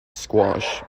squash